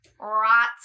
Right